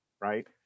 right